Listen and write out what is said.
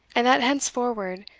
and that henceforward